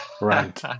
Right